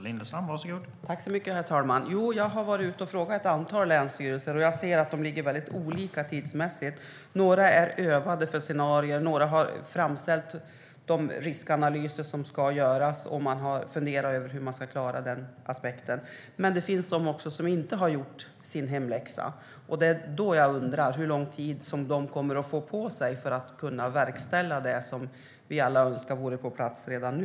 Herr talman! Jag har varit ute och frågat ett antal länsstyrelser, och jag ser att de ligger mycket olika till tidsmässigt. Några är övade för scenarier, och några har framställt de riskanalyser som ska göras och funderar över hur de ska klara den aspekten. Men det finns också de som inte har gjort sin hemläxa. Därför undrar jag hur lång tid som de kommer att få på sig för att kunna verkställa det som vi alla önskar vore på plats redan nu.